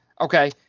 Okay